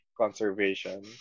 conservation